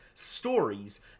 stories